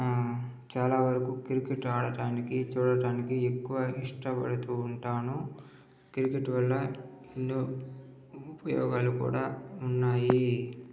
చాలా వరకు క్రికెట్ ఆడటానికి చూడటానికి ఎక్కువ ఇష్టపడుతూ ఉంటాను క్రికెట్ వల్ల ఎన్నో ఉపయోగాలు కూడా ఉన్నాయి